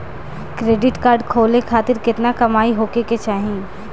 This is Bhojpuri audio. क्रेडिट कार्ड खोले खातिर केतना कमाई होखे के चाही?